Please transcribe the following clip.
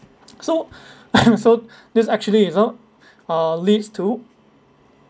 so so this actually result uh leads to